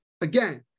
again